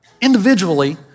Individually